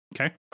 Okay